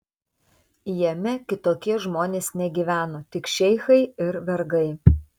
jame kitokie žmonės negyveno tik šeichai ir vergai